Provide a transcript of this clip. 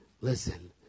listen